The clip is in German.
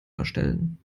verstellen